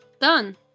done